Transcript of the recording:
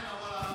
בבקשה.